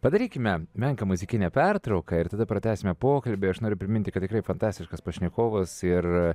padarykime menką muzikinę pertrauką ir tada pratęsime pokalbį aš noriu priminti kad tikrai fantastiškas pašnekovas ir